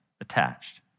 attached